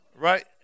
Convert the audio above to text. Right